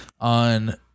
on